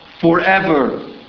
Forever